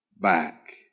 back